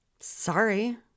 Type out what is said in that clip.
sorry